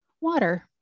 water